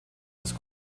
des